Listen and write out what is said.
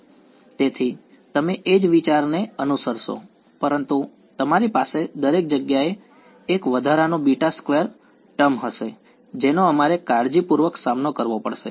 તેથી તમે એ જ વિચારને અનુસરશો પરંતુ તમારી પાસે દરેક જગ્યાએ એક વધારાનો બીટા સ્ક્વેર ટર્મ હશે જેનો અમારે કાળજીપૂર્વક સામનો કરવો પડશે